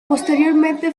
posteriormente